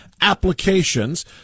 applications